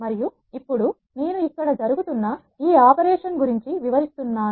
మరియు ఇప్పుడు నేను ఇక్కడ జరుగుతున్న ఈ ఆపరేషన్ గురించి వివరిస్తున్నాను